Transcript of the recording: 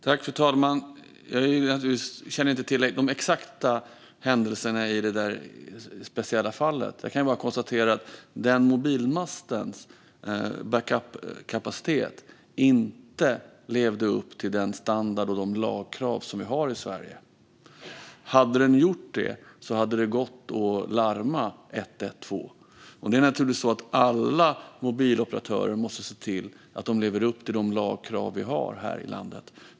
Fru talman! Jag känner inte till de exakta händelserna i detta speciella fall. Jag kan bara konstatera att denna mobilmasts backupkapacitet inte levde upp till den standard och de lagkrav som vi har i Sverige. Hade den gjort det hade det gått att larma 112. Det är naturligtvis så att alla mobiloperatörer måste se till att de lever upp till de lagkrav som vi har här i landet.